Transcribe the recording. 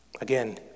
Again